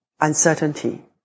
uncertainty